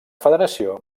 federació